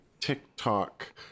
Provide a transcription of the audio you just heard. TikTok